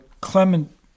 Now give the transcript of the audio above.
clement